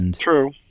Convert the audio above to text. True